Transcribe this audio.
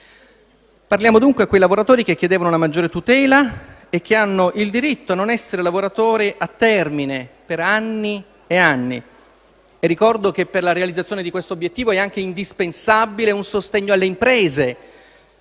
Parliamo dunque a quei lavoratori che chiedevano una maggiore tutela e che hanno il diritto di non essere lavoratori a termine per anni e anni. Ricordo che, per la realizzazione di questo obiettivo, è anche indispensabile un sostegno alle imprese